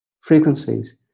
frequencies